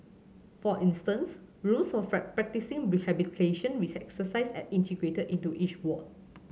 for instance rooms for practising rehabilitation exercises are integrated into each ward